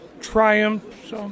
Triumphs